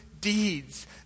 deeds